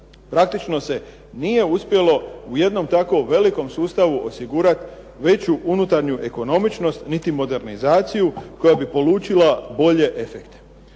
praktično se nije uspjelo u jednom tako velikom sustavu osigurati veću unutarnju ekonomičnost, niti modernizaciju koja bi polučila bolje efekte.